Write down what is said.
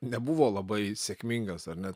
nebuvo labai sėkmingas ar ne